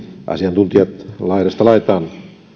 asiantuntijat laidasta laitaan